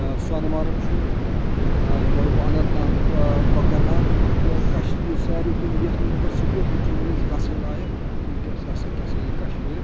سۄنمَرٕگ چھُ یورٕ گوٚو اَنَنت ناگ کۄکَر ناگ تہٕ کشیٖر ساروی کھۄتہٕ اِنڈیاہَس منٛز اگر سِٹیٹ وٕچھو وٕنِس گژھٕنۍ لایق تِم کیاہ ہَسا کیاہ ہَسا یہِ کشمیٖر